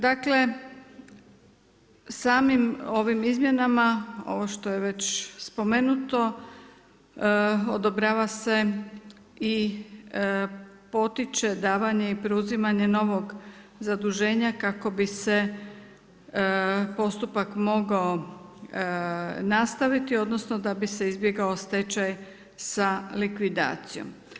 Dakle, samim ovim izmjenama, vo što je već spomenuto, odobrava se i potiče davanje i preuzimanje novog zaduženja kako bi se postupak mogao nastaviti odnosno da bi se izbjegao stečaj sa likvidacijom.